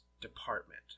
department